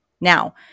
Now